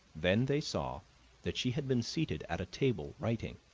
then they saw that she had been seated at a table writing,